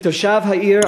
כתושב העיר,